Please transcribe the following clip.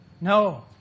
no